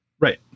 Right